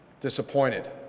disappointed